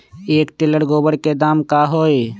एक टेलर गोबर के दाम का होई?